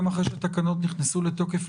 גם אחרי שהוועדות נכנסו לתוקף,